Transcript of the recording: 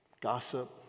Gossip